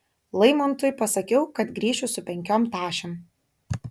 laimontui pasakiau kad grįšiu su penkiom tašėm